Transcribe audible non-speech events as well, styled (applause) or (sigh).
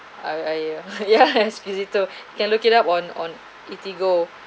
uh I (laughs) yes Squisito can look it up on on Eatigo